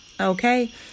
okay